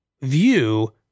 view